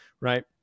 right